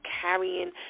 carrying